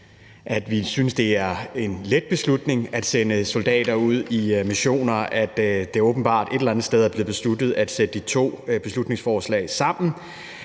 at vi synes, det er en let beslutning at sende soldater ud i missioner, at det åbenbart et eller andet sted er blevet besluttet at sætte to beslutningsforslag sammen,